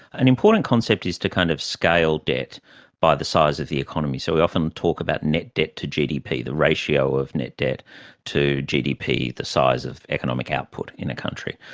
an important concept is to kind of scale debt by the size of the economy. so we often talk about net debt to gdp, the ratio of net debt to gdp, the size of economic output in a country.